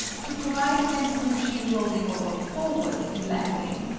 to provide against the machine rolling over forward in landing,